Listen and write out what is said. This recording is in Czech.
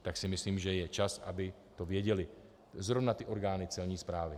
Tak si myslím, že je čas, aby to věděly zrovna ty orgány celní správy.